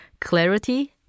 Clarity